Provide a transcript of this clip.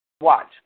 Watch